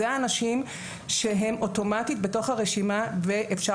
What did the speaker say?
אלה האנשים שהם אוטומטית בתוך הרשימה ואפשר